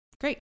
great